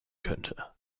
könnte